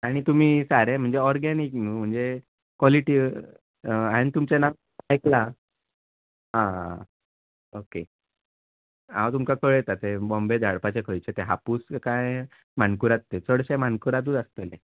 आनी तुमी सारे म्हणजे ओर्गेनिक नु म्हणजे कॉलिटी आनी तुमचे नांव आयक्ला आ आ ओके हांव तुमकां कळयता ते बॉम्बे धाडपाचे खंयचे ते हापूस काय मानकुराद ते चडशें मानकुरादच आसतले